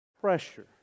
pressure